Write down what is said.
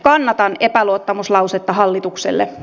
kannatan epäluottamuslausetta hallitukselle